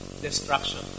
destruction